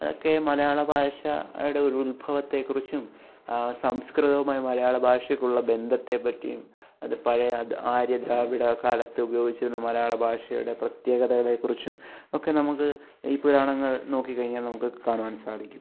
അതൊക്കെ മലയാള ഭാഷയുടെ ഒരു ഉത്ഭവത്തെക്കുറിച്ചും സംസ്കൃതമായി മലയാള ഭാഷയ്ക്കുള്ള ബന്ധത്തെപ്പറ്റിയും അത് പഴയ ആര്യ ദ്രാവിഡ കാലത്ത് ഉപയോഗിച്ചിരുന്ന മലയാളഭാഷയുടെ പ്രത്യേകതകളെക്കുറിച്ചും ഒക്കെ നമുക്ക് ഈ പുരാണങ്ങൾ നോക്കി കഴിഞ്ഞാൽ നമുക്ക് കാണുവാൻ സാധിക്കും